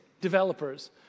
developers